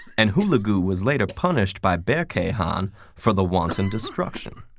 and hulagu was later punished by berke khan for the wanton destruction.